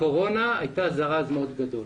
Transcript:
הקורונה הייתה זרז מאוד גדול.